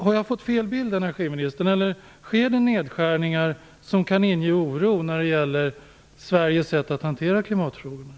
Har jag fått fel bild, energiministern, eller sker det nedskärningar som inger oro när det gäller Sveriges sätt att hantera klimatfrågorna?